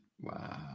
Wow